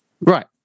Right